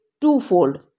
twofold